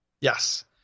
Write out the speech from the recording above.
yes